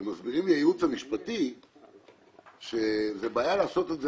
ומסבירים לי הייעוץ המשפטי שזה בעיה לעשות את זה